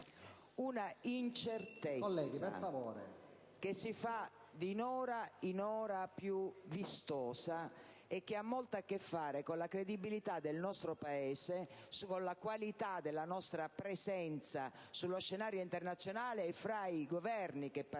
una incertezza che si fa di ora in ora più vistosa e che ha molto a che fare con la credibilità del nostro Paese, con la qualità della nostra presenza sullo scenario internazionale, fra i Governi che partecipano